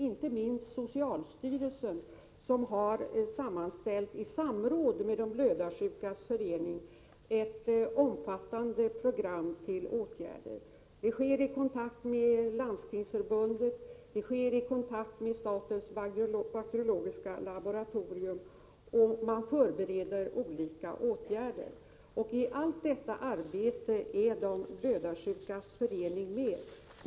Inte minst har socialstyrelsen i samråd med de blödarsjukas förening sammanställt ett omfattande program för åtgärder. Det sker i kontakt med Landstingsförbundet och statens bakteriologiska laboratorium. Man förbereder olika åtgärder. I allt detta arbete är de blödarsjukas förening med.